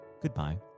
goodbye